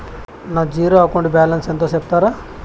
నా zero account balance ఎంతో సెప్తారా?